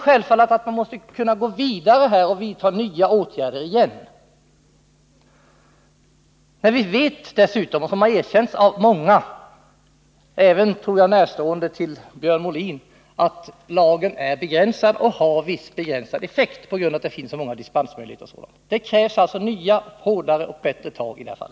Självfallet måste man kunna gå vidare och vidta nya åtgärder, när vi dessutom vet — det har erkänts av många, jag tror även av närstående till Björn Molin — att lagen är begränsad och har en mycket begränsad effekt på grund av att det finns så många dispensmöjligheter m.m. Det krävs alltså nya, hårdare och bättre tag i detta fall.